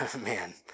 man